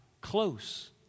close